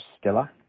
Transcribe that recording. Stella